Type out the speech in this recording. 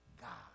God